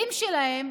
לילדים שלהם,